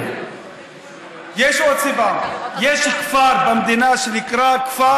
ויש לי עוד סיבה, קונקרטית.